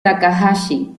takahashi